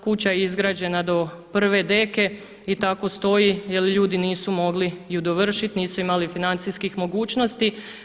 Kuća je izgrađena do prve deke i tako stoji jel ljudi nisu mogli ju dovršiti, nisu imali financijskih mogućnosti.